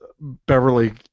Beverly